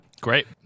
great